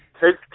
Take